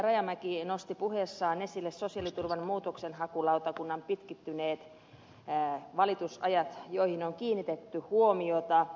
rajamäki nosti puheessaan esille sosiaaliturvan muutoksenhakulautakunnan pitkittyneet valitusajat joihin on kiinnitetty huomiota